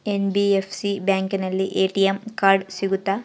NBFC ಬ್ಯಾಂಕಿನಲ್ಲಿ ATM card ಸಿಗುತ್ತಾ?